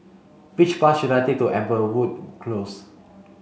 which bus should I take to Amberwood Close